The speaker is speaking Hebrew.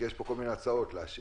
כי יש פה כל מיני הצעות, להשאיר,